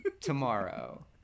Tomorrow